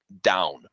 down